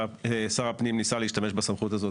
שר הפנים ניסה להשתמש בסמכות הזאת